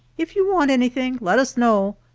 if you want anything, let us know.